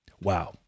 Wow